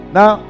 Now